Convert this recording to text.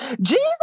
Jesus